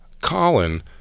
colin